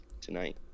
tonight